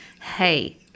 Hey